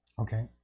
Okay